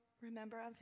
remember